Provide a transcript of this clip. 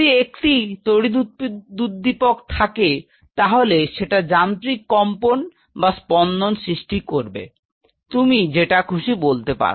যদি একটি তড়িৎ উদ্দীপক থাকে তাহলে সেটা যান্ত্রিক কম্পন বা স্পন্দন সৃষ্টি করবে তুমি যেটা খুশি বলতে পার